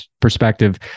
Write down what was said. perspective